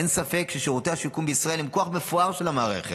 אין ספק ששירותי השיקום בישראל הם כוח מפואר של המערכת,